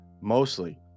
mostly